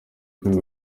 rwego